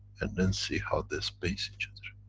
and then see how they space each other.